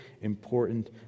important